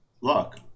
Look